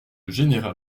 général